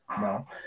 No